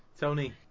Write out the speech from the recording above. Tony